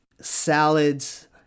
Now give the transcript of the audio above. salads